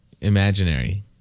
imaginary